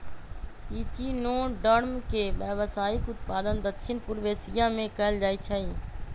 echinoderm के व्यावसायिक उत्पादन दक्षिण पूर्व एशिया में कएल जाइ छइ